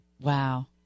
Wow